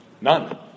None